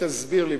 תסביר לי,